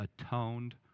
atoned